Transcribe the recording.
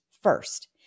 first